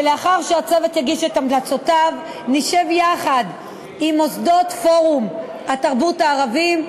ולאחר שהצוות יגיש את המלצותיו נשב יחד עם פורום מוסדות התרבות הערביים,